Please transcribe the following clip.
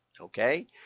okay